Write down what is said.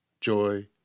joy